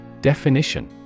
Definition